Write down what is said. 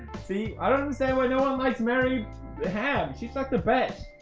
see i don't see why no one likes mary ham. she's like the best.